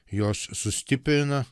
jos sustiprina